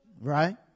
right